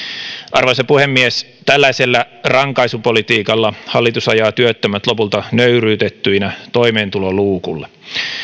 arvoisa puhemies tällaisella rankaisupolitiikalla hallitus ajaa työttömät lopulta nöyryytettyinä toimeentuloluukulle